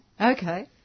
Okay